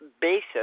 basis